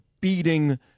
beating